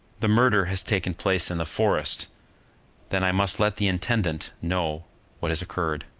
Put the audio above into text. the murder has taken place in the forest then i must let the intendant know what has occurred.